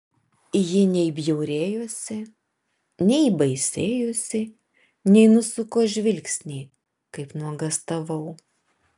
ji nei bjaurėjosi nei baisėjosi nei nusuko žvilgsnį kaip nuogąstavau